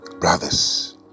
brothers